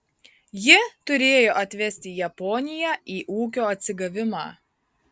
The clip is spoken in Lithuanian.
ji turėjo atvesti japoniją į ūkio atsigavimą